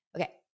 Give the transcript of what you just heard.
Okay